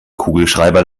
kugelschreiber